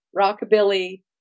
rockabilly